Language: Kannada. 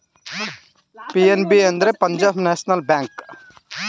ಪಿ.ಎನ್.ಬಿ ಅಂದ್ರೆ ಪಂಜಾಬ್ ನ್ಯಾಷನಲ್ ಬ್ಯಾಂಕ್